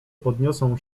podniosą